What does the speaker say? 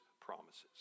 promises